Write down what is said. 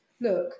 Look